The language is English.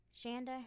Shanda